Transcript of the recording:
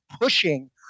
pushing